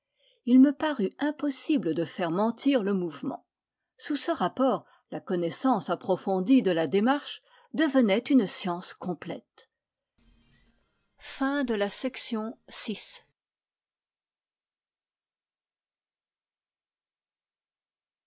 il me parut impossible de faire mentir le mouvement sous ce rapport la connaissance approfondie de la démarche devenait une science complète